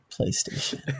Playstation